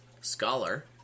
Scholar